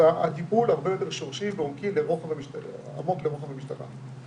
הדיבור הרבה יותר שורשי ועומקי עמוק לרוחב המשטרה.